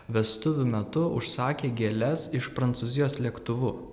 vestuvių metu užsakė gėles iš prancūzijos lėktuvu